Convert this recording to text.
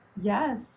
Yes